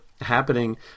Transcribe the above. happening